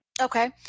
Okay